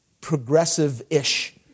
progressive-ish